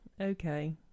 Okay